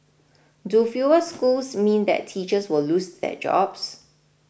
do fewer schools mean that teachers will lose their jobs